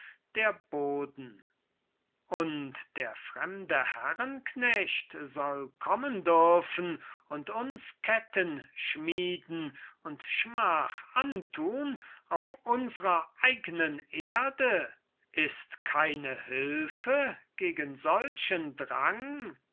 der boden und der fremde herrenknecht soll kommen dürfen und uns ketten schmieden und schmach antun auf unsrer eignen erde ist keine hülfe gegen solchen drang